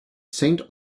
saint